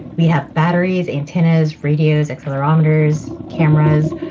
we have batteries, antennas, radios, accelerometers, cameras.